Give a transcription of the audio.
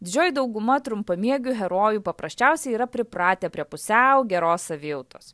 didžioji dauguma trumpamiegių herojų paprasčiausia yra pripratę prie pusiau geros savijautos